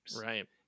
Right